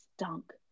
stunk